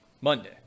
Monday